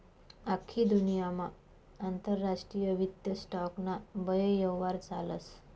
आख्खी दुन्यामा आंतरराष्ट्रीय वित्त स्टॉक ना बये यव्हार चालस